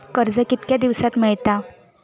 कर्ज कितक्या दिवसात मेळता?